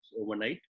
overnight